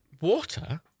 Water